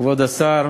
כבוד השר,